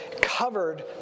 covered